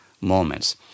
moments